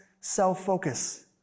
self-focus